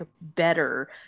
better